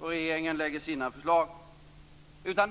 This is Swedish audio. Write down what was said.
Regeringen lägger fram sina.